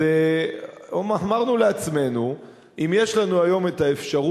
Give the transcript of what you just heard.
אז אמרנו לעצמנו: אם יש לנו היום האפשרות